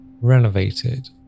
renovated